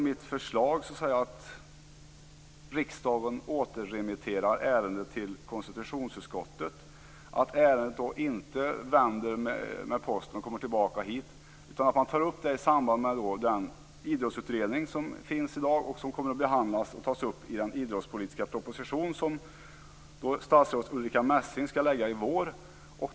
Mitt förslag blir då att riksdagen återremitterar ärendet till konstitutionsutskottet, men att ärendet inte skall vända med posten och komma tillbaka till riksdagen utan att man tar upp det i samband med den idrottsutredning som kommer att behandlas och tas upp i samband med den idrottspolitiska proposition som statsrådet Ulrica Messing skall lägga fram i vår.